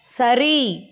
சரி